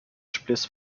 spliss